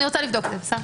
אני רוצה לבדוק את זה.